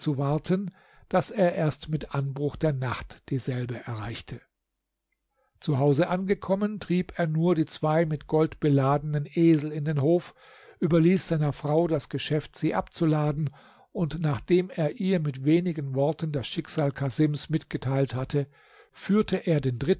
warten daß er erst mit anbruch der nacht dieselbe erreichte zu hause angekommen trieb er nur die zwei mit gold beladenen esel in den hof überließ seiner frau das geschäft sie abzuladen und nachdem er ihr mit wenigen worten das schicksal casims mitgeteilt hatte führte er den